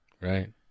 Right